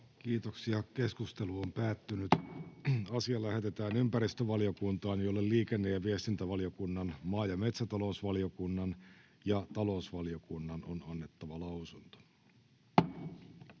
3. asia. Puhemiesneuvosto ehdottaa, että asia lähetetään ympäristövaliokuntaan, jolle liikenne- ja viestintävaliokunnan, maa- ja metsätalousvaliokunnan ja talousvaliokunnan on annettava lausunto.